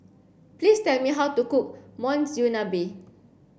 please tell me how to cook Monsunabe